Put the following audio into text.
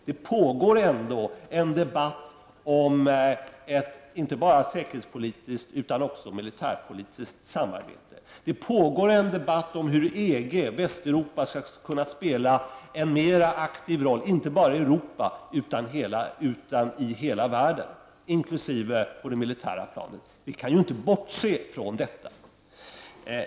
Det pågår ändå en debatt om ett inte bara säkerhetspolitiskt utan också militärpolitiskt samarbete. Det pågår en debatt om hur EG, Västeuropa, skall kunna spela en mera aktiv roll inte bara i Europa utan i hela världen, inkl. på det militära planet. Vi kan ju inte bortse från detta.